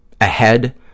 ahead